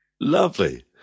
Lovely